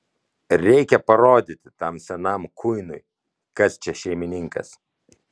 reikia parodyti tam senam kuinui kas čia šeimininkas